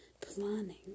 planning